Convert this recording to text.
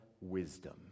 wisdom